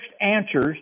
answers